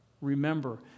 remember